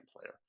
player